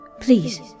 Please